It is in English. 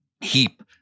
heap